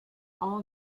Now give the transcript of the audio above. all